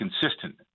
consistent